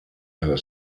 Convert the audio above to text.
her